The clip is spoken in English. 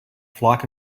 flock